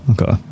okay